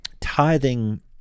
tithing